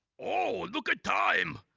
oh look at time.